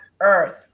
earth